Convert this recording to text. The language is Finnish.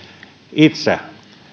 itse